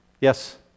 Yes